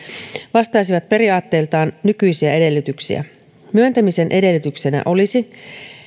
vastaisivat periaatteiltaan nykyisiä edellytyksiä myöntämisen edellytyksenä olisi